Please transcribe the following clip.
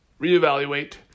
reevaluate